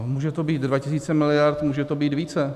Může to být 2 tisíce miliard, může to být více.